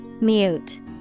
Mute